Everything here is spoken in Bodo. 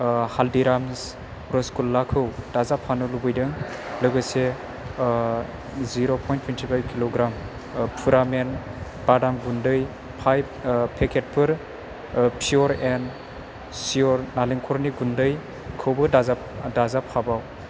हाल्डिराम्स रसगुल्लाखौ दाजाबफानो लुबैदों लोगोसे जिर' पइन्ट टुइन्टि फाइफ किल'ग्राम पुरामिन बाडाम गुन्दै फाइभ पेकेटफोर पियर एण्ड सियर नारेंखलनि गुन्दैखौबो दाजाबफाबाव